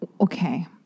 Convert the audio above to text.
Okay